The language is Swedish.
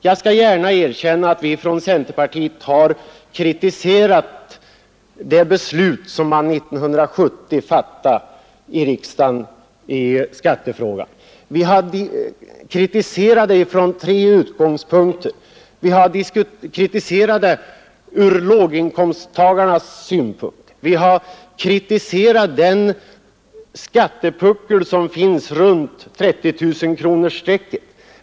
Jag skall gärna erkänna att vi från centerpartiet har kritiserat det beslut som riksdagen 1970 fattade i skattefrågan, och vi har gjort det från tre utgångspunkter. Vi har kritiserat det ur låginkomsttagarnas synpunkt. Vi har kritiserat den skattepuckel som finns runt 30 000-kronorsstrecket.